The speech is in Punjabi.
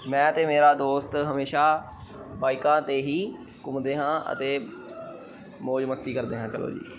ਮੈਂ ਅਤੇ ਮੇਰਾ ਦੋਸਤ ਹਮੇਸ਼ਾਂ ਬਾਈਕਾਂ 'ਤੇ ਹੀ ਘੁੰਮਦੇ ਹਾਂ ਅਤੇ ਮੌਜ ਮਸਤੀ ਕਰਦੇ ਹਾਂ ਚਲੋ ਜੀ